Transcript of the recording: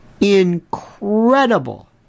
incredible